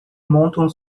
montam